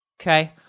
Okay